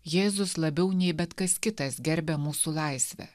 jėzus labiau nei bet kas kitas gerbia mūsų laisvę